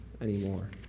anymore